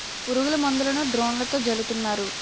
పురుగుల మందులను డ్రోన్లతో జల్లుతున్నారు